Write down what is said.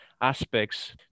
aspects